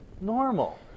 Normal